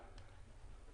גברתי.